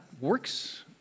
works